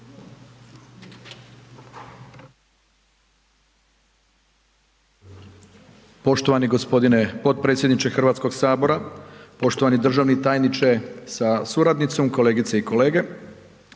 Poštovani g. potpredsjedniče Hrvatskog sabora, poštovani državni tajniče sa suradnicom, kolegice i kolege.